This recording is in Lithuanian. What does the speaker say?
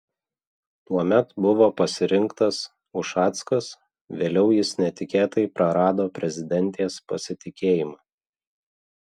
tuomet buvo pasirinktas ušackas vėliau jis netikėtai prarado prezidentės pasitikėjimą